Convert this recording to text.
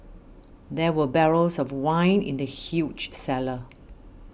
there were barrels of wine in the huge cellar